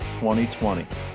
2020